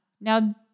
Now